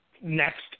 next